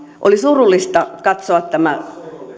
oli surullista katsoa tämä